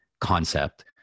concept